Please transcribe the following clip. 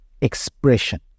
expression